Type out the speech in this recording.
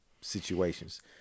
situations